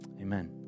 amen